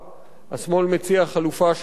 השמאל מציע חלופה של הגדלת תקציבים,